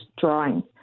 drawing